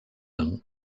them